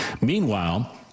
Meanwhile